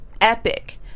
epic